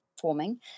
forming